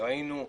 ראינו,